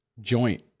joint